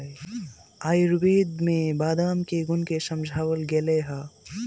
आयुर्वेद में बादाम के गुण के समझावल गैले है